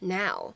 now